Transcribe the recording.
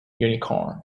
unicorn